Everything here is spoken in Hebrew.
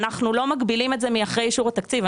אנחנו לא מגבילים את זה מאחרי אישור התקציב,